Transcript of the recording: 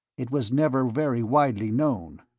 it was never very widely known.